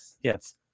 Yes